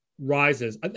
rises